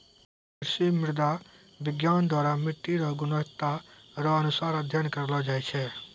कृषि मृदा विज्ञान द्वरा मट्टी रो गुणवत्ता रो अनुसार अध्ययन करलो जाय छै